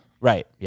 right